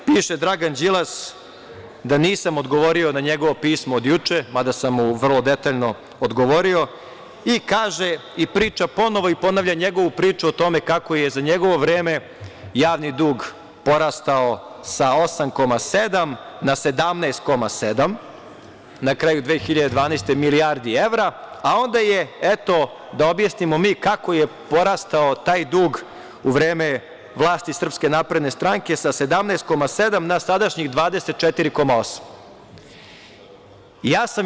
Piše Dragan Đilas da nisam odgovorio na njegovo pismo od juče, mada sam mu vrlo detaljno odgovorio i kaže i priča ponovo i ponavlja njegovu priču o tome kako je za njegovo vreme javni dug porastao sa 8,7 na 17,7, na kraju 2012. godine, milijardi evra, onda, eto, da objasnimo mi kako je porastao taj dug u vreme vlasti SNS sa 17,7 na sadašnjih 24,8.